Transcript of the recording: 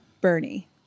Bernie